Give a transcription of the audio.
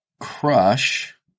crush